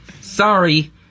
Sorry